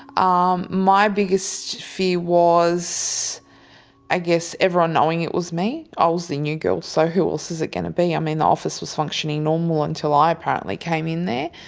um my biggest fear was i guess everyone knowing it was me. i was the new girl, so who else is it going to be? i mean, the office was functioning normally until i apparently came in there.